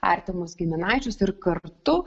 artimus giminaičius ir kartu